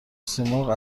سیمرغ